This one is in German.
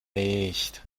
nicht